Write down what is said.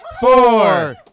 four